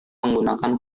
menggunakan